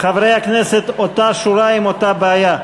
חברי הכנסת, אותה שורה עם אותה בעיה.